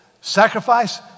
Sacrifice